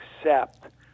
accept